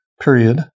period